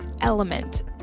Element